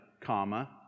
comma